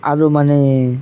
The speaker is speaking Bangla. আর মানে